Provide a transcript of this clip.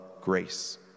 grace